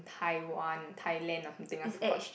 Taiwan Thailand or something I forgot